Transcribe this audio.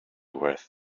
worth